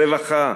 רווחה,